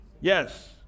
Yes